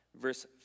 verse